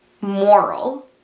moral